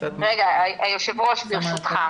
היו"ר ברשותך,